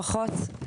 ברכות,